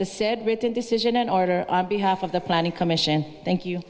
the said written decision in order on behalf of the planning commission thank you